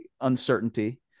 uncertainty